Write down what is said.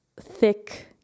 thick